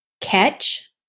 Catch